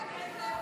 אגב, איפה,